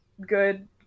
good